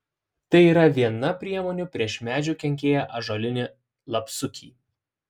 tai ir yra viena priemonių prieš medžių kenkėją ąžuolinį lapsukį